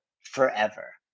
forever